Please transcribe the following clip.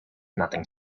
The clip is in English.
nothing